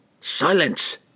Silence